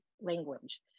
language